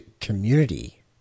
community